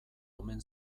omen